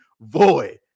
void